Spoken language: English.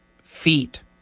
feet